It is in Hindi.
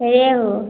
रोहू